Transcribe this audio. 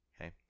Okay